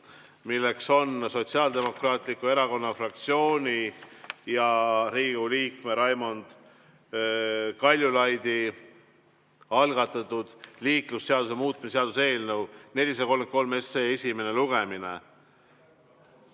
Sotsiaaldemokraatliku Erakonna fraktsiooni ja Riigikogu liikme Raimond Kaljulaidi algatatud liiklusseaduse muutmise seaduse eelnõu 433 esimene lugemine.